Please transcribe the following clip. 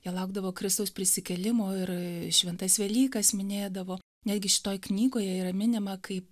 jie laukdavo kristaus prisikėlimo ir šventas velykas minėdavo netgi šitoj knygoje yra minima kaip